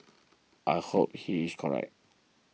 I hope he is correct